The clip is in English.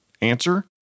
Answer